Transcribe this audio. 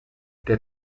der